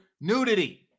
nudity